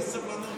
אפס סובלנות.